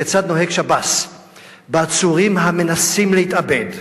כיצד נוהג שב"ס בעצורים המנסים להתאבד?